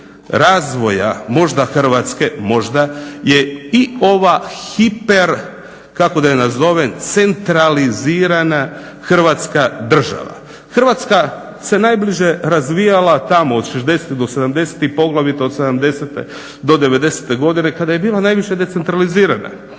razvoja možda Hrvatske, možda je i ova hiper kako da je nazovem centralizirana Hrvatska država. Hrvatska se najbrže razvijala tamo od '60-ih do '70-ih poglavito od '70-e do '90-e godine kada je bila najviše decentralizirana. Tada